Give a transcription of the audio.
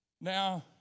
Now